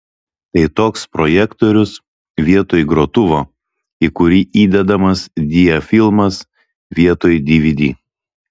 tai toks projektorius vietoj grotuvo į kurį įdedamas diafilmas vietoj dvd